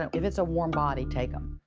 if it's a warm body, take them.